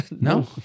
No